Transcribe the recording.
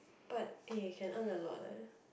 but eh can earn a lot eh